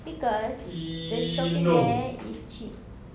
because the shopping there is cheap